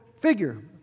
figure